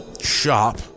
shop